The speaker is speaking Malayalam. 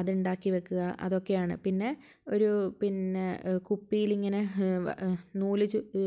അത് ഉണ്ടാക്കി വെക്കുക അതൊക്കെയാണ് പിന്നെ ഒരു പിന്നെ കുപ്പിലിങ്ങനെ നൂല് ചു